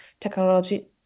technology